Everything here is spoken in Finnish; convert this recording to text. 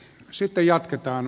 sitten jatketaan